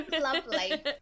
lovely